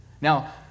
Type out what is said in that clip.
Now